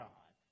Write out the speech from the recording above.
God